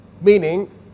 meaning